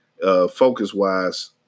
focus-wise